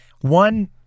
One